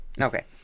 Okay